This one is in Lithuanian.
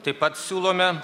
taip pat siūlome